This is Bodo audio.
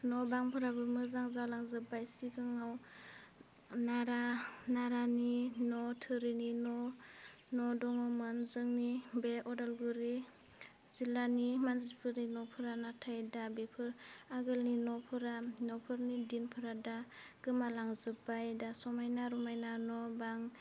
न' बांफोराबो मोजां जालांजोबबाय सिगाङाव नारा नारानि न' थोरिनि न' न' दङोमोन जोंनि बे उदालगुरि जिल्लानि मानसिफोरनि न'फोरा नाथाय दा बेफोर आगोलनि न'फोरा न'फोरनि दिनफोरा दा गोमालांजोबाय दा समायना रमायना न' बां